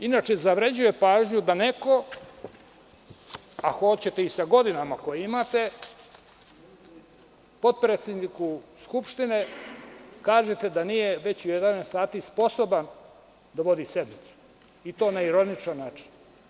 Inače, zavređuje pažnju da neko ako hoćete i sa godinama koje imate, potpredsedniku Skupštine kažete već u jedanaest sati sposoban da vodi sednicu i to na ironičan način.